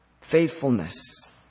faithfulness